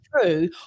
true